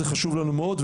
זה חשוב לנו מאוד.